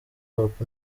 hop